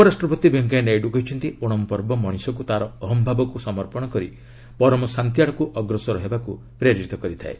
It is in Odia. ଉପରାଷ୍ଟ୍ରପତି ଭେଙ୍କିୟା ନାଇଡୁ କହିଛନ୍ତି ଓଣମ୍ ପର୍ବ ମଣିଷକୁ ତାର ଅହଂଭାବକୁ ସମର୍ପଣ କରି ପରମ ଶାନ୍ତି ଆଡ଼କୁ ଅଗ୍ରସର ହେବାପାଇଁ ପ୍ରେରିତ କରିଥାଏ